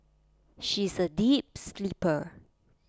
she is A deep sleeper